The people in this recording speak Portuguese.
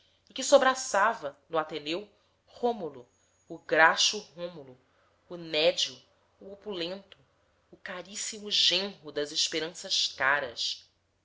que sobraçava no ateneu rômulo o graxo rômulo o nédio o opulento o caríssimo genro das esperanças caras